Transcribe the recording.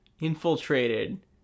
infiltrated